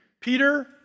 Peter